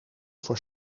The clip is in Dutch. voor